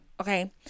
okay